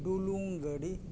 ᱰᱩᱞᱩᱝᱜᱟᱹᱰᱤ